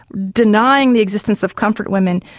denying the existence of comfort women.